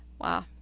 Wow